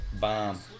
bomb